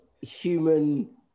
human